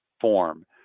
form